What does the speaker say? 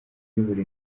uyobora